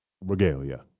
regalia